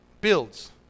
builds